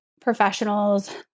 professionals